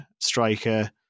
striker